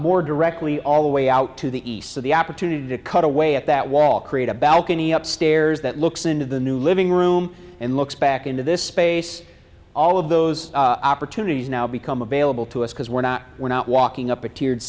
more directly all the way out to the east for the opportunity to cut away at that wall create a balcony up stairs that looks into the new living room and looks back into this space all of those opportunities now become available to us because we're not we're not walking up a tiered